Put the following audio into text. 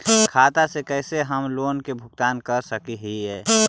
खाता से कैसे हम लोन के भुगतान कर सक हिय?